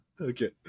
Okay